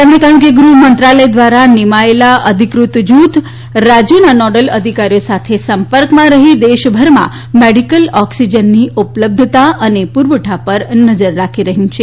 તેમણે કહ્યું કે ગૃહમંત્રાલય દ્વારા નિમાયેલ અધિકૃત જૂથ રાજ્યોના નોડલ અધિકારીઓ સાથે સંપર્કમાં રહીને દેશભરમાં મેડીકલ ઓક્સીજનની ઉપલબ્ધતા અને પૂરવઠા પર નજર રાખી રહ્યું છે